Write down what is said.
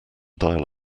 dial